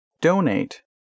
donate